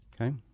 Okay